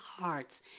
hearts